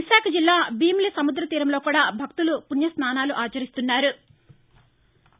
విశాఖ జిల్లా బీమిలి సముద్రతీరంలోకూడా భక్తులు పుణ్య స్నానాలు ఆచరిస్తున్నారు